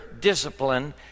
discipline